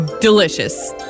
delicious